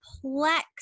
complex